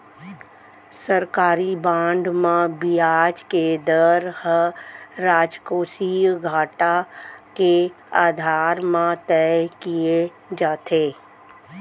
सरकारी बांड म बियाज के दर ह राजकोसीय घाटा के आधार म तय किये जाथे